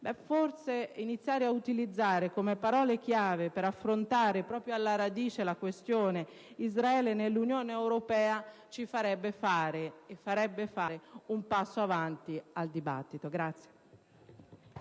forse, iniziare a utilizzare come parole chiave per affrontare proprio alla radice la questione «Israele nell'Unione europea» farebbe compiere un passo avanti al dibattito.